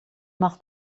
mag